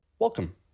Welcome